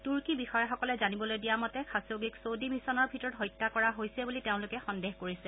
তুৰ্কী বিষয়াসকলে জানিবলৈ দিয়া মতে খাখোগিক চৌদি মিছনৰ ভিতৰত হত্যা কৰা হৈছে বুলি তেওঁলোকে সন্দেহ কৰিছে